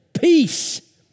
Peace